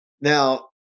Now